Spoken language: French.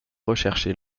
rechercher